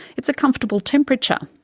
it's a comfortable temperature,